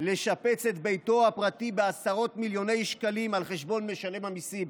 לשפץ את ביתו הפרטי בעשרות מיליוני שקלים על חשבון משלם המיסים,